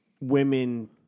women